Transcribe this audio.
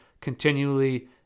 continually